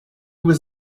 was